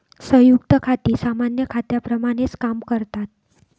संयुक्त खाती सामान्य खात्यांप्रमाणेच काम करतात